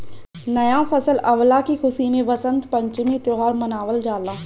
नया फसल अवला के खुशी में वसंत पंचमी के त्यौहार मनावल जाला